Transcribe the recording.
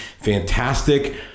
fantastic